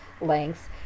lengths